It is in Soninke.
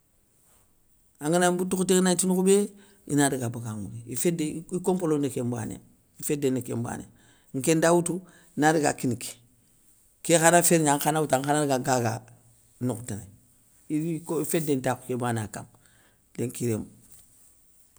Angana mboute khoté nganagni ti nokhou bé, inadaga baga nŋwouré, ifédé, i komploni kén nbanéya, ifédé ni kén mbanéya. Nkén nda woutou, nada kini ké, ké kha na fér gna ankha na woutou ankha na daga gaga nokhou tanay, i ko i fédé ntakhou ké bana kama, lénki rémou.